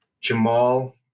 Jamal